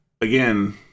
again